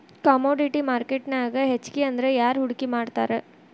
Commodity ಮಾರ್ಕೆಟ್ನ್ಯಾಗ್ ಹೆಚ್ಗಿಅಂದ್ರ ಯಾರ್ ಹೂಡ್ಕಿ ಮಾಡ್ತಾರ?